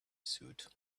suit